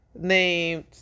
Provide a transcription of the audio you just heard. named